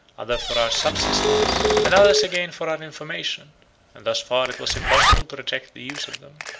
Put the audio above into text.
others for our subsistence, and others again for our information and thus far it was impossible to reject the use of them.